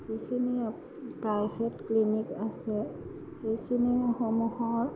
যিখিনি private clinic আছে সেইখিনি ক্লিনিকসমূহৰ